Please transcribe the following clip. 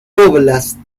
óblast